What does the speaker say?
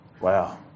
Wow